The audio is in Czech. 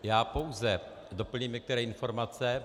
Já pouze doplním některé informace.